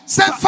Say